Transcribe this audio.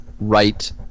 right